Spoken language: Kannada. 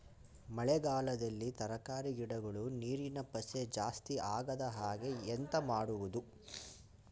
ಮಳೆಗಾಲದಲ್ಲಿ ತರಕಾರಿ ಗಿಡಗಳು ನೀರಿನ ಪಸೆ ಜಾಸ್ತಿ ಆಗದಹಾಗೆ ಎಂತ ಮಾಡುದು?